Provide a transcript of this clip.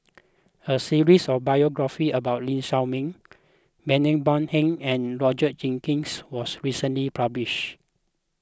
a series of biographies about Lee Shao Meng Bani Buang and Roger Jenkins was recently published